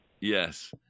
Yes